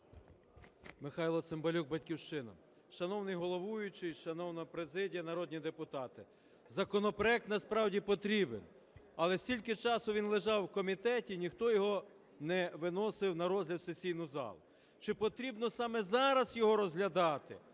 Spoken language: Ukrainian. Михайло Цимбалюк, "Батьківщина". Шановний головуючий, шановна президія, народні депутати! Законопроект насправді потрібен, але стільки часу він лежав в комітеті і ніхто його не виносив на розгляд в сесійну залу. Чи потрібно саме зараз його розглядати,